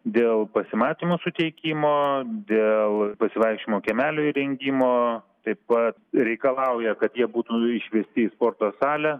dėl pasimatymo suteikimo dėl pasivaikščiojimo kiemelio įrengimo taip pat reikalauja kad jie būtų išvesti į sporto salę